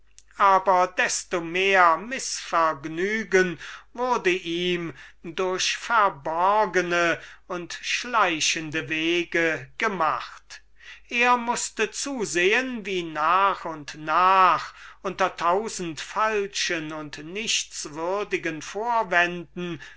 aber desto mehr mißvergnügen wurde ihm durch geheime schleichende und indirekte wege gemacht er mußte zusehen wie nach und nach unter tausend falschen und nichtswürdigen vorwänden